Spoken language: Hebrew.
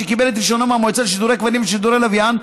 שקיבל את רישיונו מהמועצה לשידורי כבלים ולשידורי לוויין,